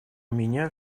меня